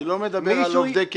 אני לא מדבר על עובדי קבע.